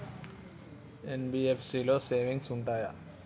NBFC లో savings ఉంటయా?